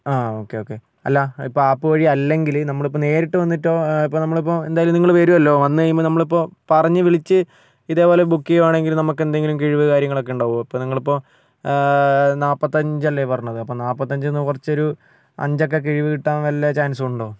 ആ okay okay അല്ല ഇപ്പം ആപ്പ് വഴി അല്ലെങ്കിൽ നമ്മൾ ഇപ്പം നേരിട്ട് വന്നിട്ടോ ആ ഇപ്പം നമ്മൾ ഇപ്പോൾ എന്തായാലും നിങ്ങൾ വരുമല്ലോ വന്നു കഴിയുമ്പോൾ നമ്മളിപ്പോൾ പറഞ്ഞു വിളിച്ച് ഇതേപോലെ ബുക്ക് ചെയ്യുവാണെങ്കിൽ നമുക്ക് എന്തെങ്കിലും കിഴിവ് കാര്യങ്ങളൊക്കെ ഉണ്ടാവുമോ ഇപ്പോൾ നിങ്ങളിപ്പോൾ നാല്പത്തഞ്ച് അല്ലേ പറഞ്ഞത് അപ്പം നാല്പത്തഞ്ചിൽ നിന്ന് കുറച്ച് ഒരു അഞ്ചൊക്കെ കിഴിവ് കിട്ടാൻ വല്ല ചാൻസും ഉണ്ടോ